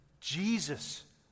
Jesus